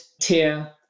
tier